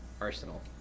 Arsenal